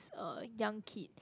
uh young kid